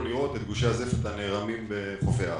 לראות את גושי הזפת הנערמים בחופי הארץ.